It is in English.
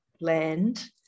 land